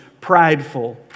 prideful